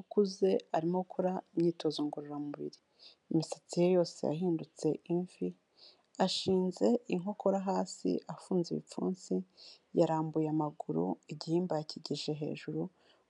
Ukuze arimo akora imyitozo ngororamubiri, imisatsi ye yose yahindutse imvi, ashinze inkokora hasi afunze ibipfunsi, yarambuye amaguru, igihimba yakigije hejuru